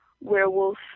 werewolf